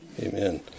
Amen